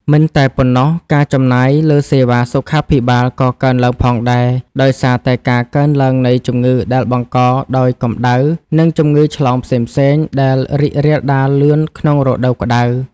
មិនតែប៉ុណ្ណោះ ការចំណាយលើសេវាសុខាភិបាលក៏កើនឡើងផងដែរ ដោយសារតែការកើនឡើងនៃជំងឺដែលបង្កដោយកម្ដៅ និងជំងឺឆ្លងផ្សេងៗដែលរីករាលដាលលឿនក្នុងរដូវក្ដៅ។